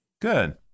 Good